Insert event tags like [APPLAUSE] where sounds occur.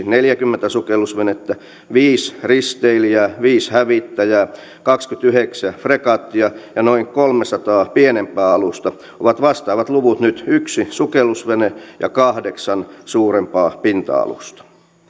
[UNINTELLIGIBLE] neljäkymmentä sukellusvenettä viisi risteilijää viisi hävittäjää kaksikymmentäyhdeksän fregattia ja noin kolmesataa pienempää alusta vuonna tuhatyhdeksänsataayhdeksänkymmentäyksi ovat vastaavat luvut nyt yksi sukellusvene ja kahdeksan suurempaa pinta alusta